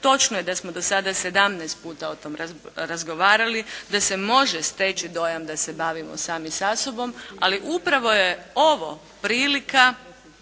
Točno je da smo dosada 17 puta o tome razgovarali, da se može steći dojam da se bavimo sami sa sobom, ali upravo je ovo prilika